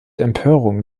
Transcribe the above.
empörung